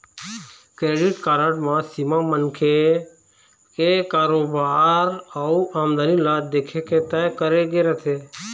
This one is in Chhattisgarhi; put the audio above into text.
क्रेडिट कारड म सीमा मनखे के कारोबार अउ आमदनी ल देखके तय करे गे रहिथे